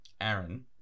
Aaron